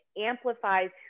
amplifies